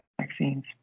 vaccines